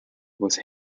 was